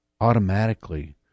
automatically